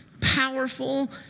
powerful